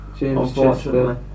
unfortunately